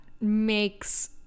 makes